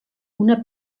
una